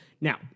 Now